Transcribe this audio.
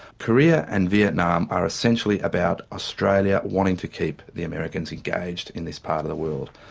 korea and vietnam are essentially about australia wanting to keep the americans engaged in this part of the world.